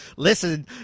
Listen